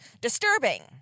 Disturbing